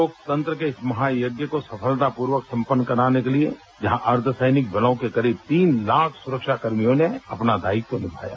लोकतंत्र के इस महायज्ञ को समफलतापूर्वक सपन्ध्न कराने के लिए जहां अर्द्धसैनिक बलों के करीब तीन लाख सुरक्षाकर्मियों ने अपना दायित्व निभाया